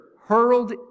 hurled